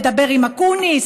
מדבר עם אקוניס,